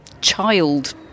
child